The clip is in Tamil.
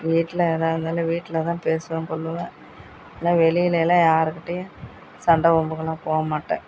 வீட்டில் எதாக இருந்தாலும் வீட்டில்தான் பேசுவேன் கொள்ளுவேன் நான் வெளிலெல்லாம் யாருக்கிட்டேயும் சண்டை வம்புக்கெல்லாம் போகமாட்டேன்